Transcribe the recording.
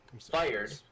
fired